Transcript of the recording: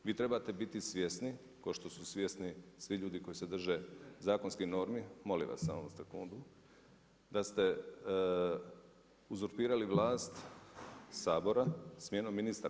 Vi trebate biti svjesni kao što su svjesni svi ljudi koji se drže zakonskih normi molim vas samo sekundu, da ste uzurpirali vlast Sabora smjenom ministara.